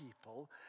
people